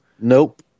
Nope